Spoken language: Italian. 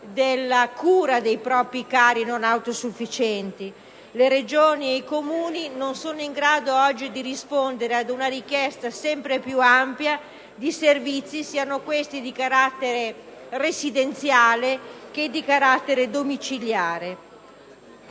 della cura dei propri cari non autosufficienti: le Regioni e i Comuni non sono in grado oggi di rispondere ad una richiesta sempre più ampia di servizi, siano questi di carattere residenziale che di carattere domiciliare.